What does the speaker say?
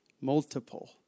multiple